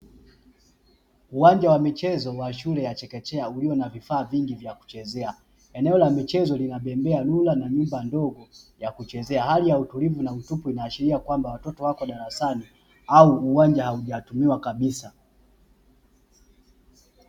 Uwanja wa michezo wa shule ya chekechea uliyo na vifaa vingi vya kuchezea. Eneo la michezo lina bembea, rula, na nyumba ndogo ya kuchezea. Hali ya utulivu na utupu inaashiria kwamba watoto wako darasani au uwanja haujatumiwa kabisa.